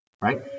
right